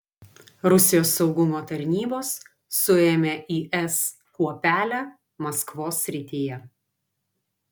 rusijos saugumo tarnybos suėmė is kuopelę maskvos srityje